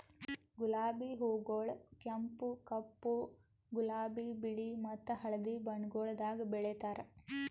ಗುಲಾಬಿ ಹೂಗೊಳ್ ಕೆಂಪು, ಕಪ್ಪು, ಗುಲಾಬಿ, ಬಿಳಿ ಮತ್ತ ಹಳದಿ ಬಣ್ಣಗೊಳ್ದಾಗ್ ಬೆಳೆತಾರ್